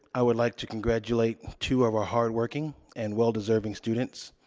i would like to congratulate two of our hard working and well deserving students,